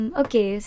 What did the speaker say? okay